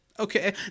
Okay